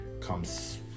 comes